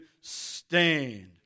stand